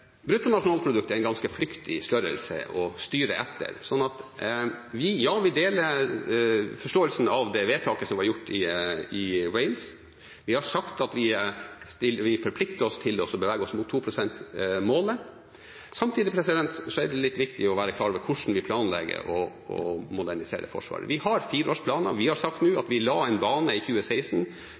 er en ganske flyktig størrelse å styre etter. Ja, vi deler forståelsen av det vedtaket som ble gjort i Wales. Vi har sagt at vi forplikter oss til å bevege oss mot 2-prosentmålet. Samtidig er det litt viktig å være klar over hvordan vi planlegger å modernisere Forsvaret. Vi har fireårsplaner, vi har sagt at vi la en bane i 2016